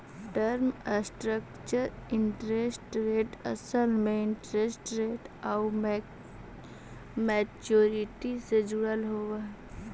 term structure interest rate असल में interest rate आउ मैच्योरिटी से जुड़ल होवऽ हई